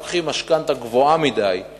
לוקחים משכנתה גבוהה מדי כי